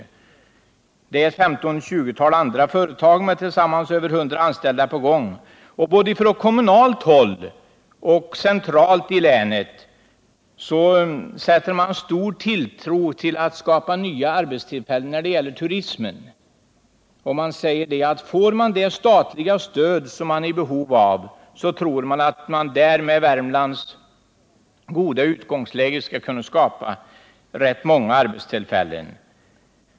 Dessutom är ett 15 eller 20-tal andra företag med tillsammans över 100 anställda på gång. Från både kommunalt och centralt håll i länet sätter man stor tilltro till att skapa nya arbetstillfällen när det gäller turismen. Här säger man: Får vi det statliga stöd som vi är i behov av, tror vi att vi med Värmlands goda utgångsläge skall kunna skapa rätt många arbetstillfällen.